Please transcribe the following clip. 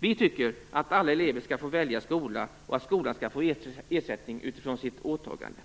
Vi tycker att alla elever skall få välja skola och att skolan skall få ersättning utifrån sitt åtagande.